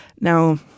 Now